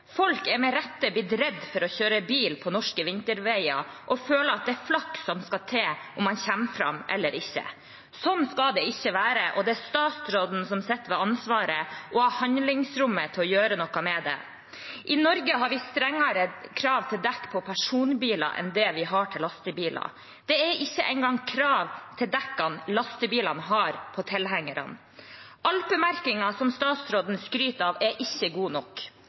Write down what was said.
Folk er med rette blitt redde for å kjøre bil på norske vinterveier og føler at det er flaks som skal til med tanke på om man kommer fram eller ikke. Sånn skal det ikke være, og det er statsråden som sitter med ansvaret og har handlingsrommet til å gjøre noe med det. I Norge har vi strengere krav til dekk på personbiler enn det vi har til lastebiler. Det er ikke engang krav til dekkene på tilhengerne. Alpemerkingen, som statsråden skryter av, er ikke god nok.